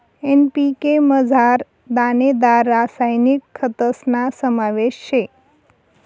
NPK मझार दानेदार रासायनिक खतस्ना समावेश शे